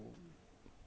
mm